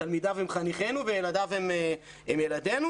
תלמידיו הם חניכינו וילדיו הם ילדינו.